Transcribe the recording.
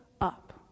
up